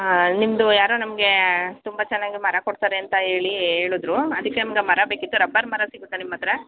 ಹಾಂ ನಿಮ್ಮದು ಯಾರೊ ನಮಗೆ ತುಂಬ ಚೆನ್ನಾಗೆ ಮರ ಕೊಡ್ತಾರೆ ಅಂತ ಹೇಳೀ ಹೇಳಿದ್ರು ಅದಕ್ಕೆ ನಮಗೆ ಮರ ಬೇಕಿತ್ತು ರಬ್ಬರ್ ಮರ ಸಿಗುತ್ತಾ ನಿಮ್ಮ ಹತ್ರ